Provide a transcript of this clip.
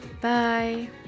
Bye